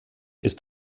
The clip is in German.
ist